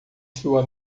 sua